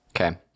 Okay